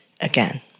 again